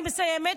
אני מסיימת,